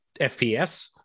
FPS